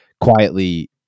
quietly